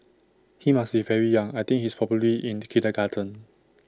he must be very young I think he's probably in kindergarten